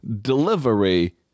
delivery